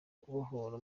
kubohora